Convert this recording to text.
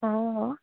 অঁ অঁ